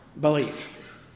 belief